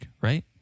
right